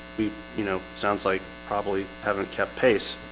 we you know sounds like probably haven't kept pace